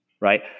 right